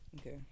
Okay